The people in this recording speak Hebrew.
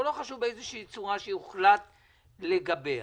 באיזו צורה שיוחלט לגביה.